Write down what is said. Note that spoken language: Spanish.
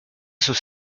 sus